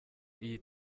iyi